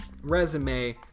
resume